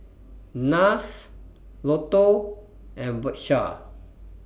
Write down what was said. Nars Lotto and Bershka